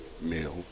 mill